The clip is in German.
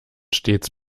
stets